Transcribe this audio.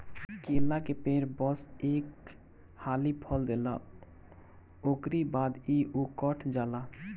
केला के पेड़ बस एक हाली फल देला उकरी बाद इ उकठ जाला